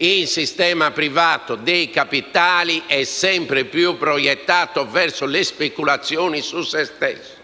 Il sistema privato dei capitali è sempre più proiettato verso le speculazioni su se stesso